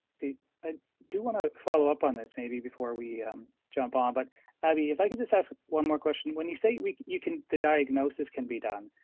i do wanna follow up on this maybe before we jump on, but abhi if i could just ask one more question, when you say we, you can, the diagnosis can be done.